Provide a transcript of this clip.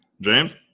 James